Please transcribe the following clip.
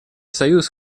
союз